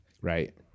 right